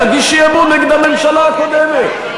תגיש אי-אמון נגד הממשלה הקודמת,